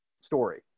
story